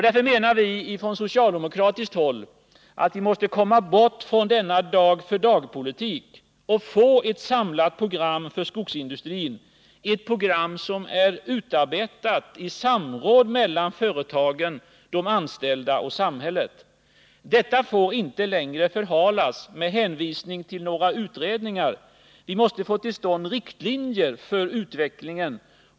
Därför menar man från socialdemokratiskt håll att vi måste komma bort från denna dag-för-dag-politik. Vi måste få ett samordnat program för skogsindustrin — ett program som är utarbetat i samråd mellan företagen, de anställda och samhället. Detta får inte längre förhalas med hänvisning till några utredningar. Riktlinjer måste fastställas för utvecklingen.